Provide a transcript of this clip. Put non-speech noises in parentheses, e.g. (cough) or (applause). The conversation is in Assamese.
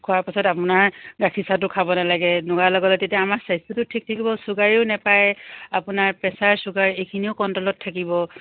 খোৱাৰ পাছত আপোনাৰ গাখীৰ চাহটো খাব নালাগে (unintelligible) লগে লগে তেতিয়া আমাৰ স্বাস্থ্যটো ঠিক থাকিব চুগাৰেও নাপায় আপোনাৰ প্ৰেচাৰ চুগাৰ এইখিনিও কণ্ট্ৰলত থাকিব